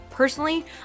Personally